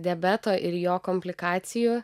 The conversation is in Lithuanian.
diabeto ir jo komplikacijų